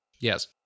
Yes